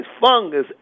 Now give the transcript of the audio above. fungus